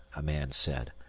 a man said.